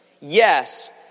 Yes